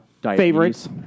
favorites